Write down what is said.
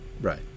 Right